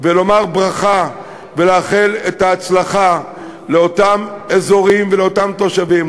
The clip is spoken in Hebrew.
ולומר ברכה ולאחל הצלחה לאותם אזורים ולאותם תושבים,